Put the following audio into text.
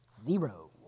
Zero